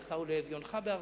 לענייך ולאביונך בארצך.